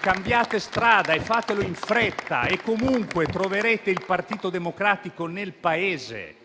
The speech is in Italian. Cambiate strada e fatelo in fretta! Comunque troverete il Partito Democratico nel Paese